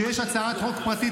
כשיש הצעת חוק פרטית,